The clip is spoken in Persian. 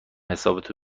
حسابتو